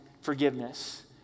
forgiveness